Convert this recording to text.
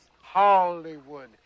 Hollywood